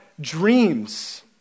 dreams